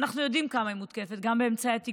אנחנו יודעים כמה היא מותקפת, גם באמצעי התקשורת,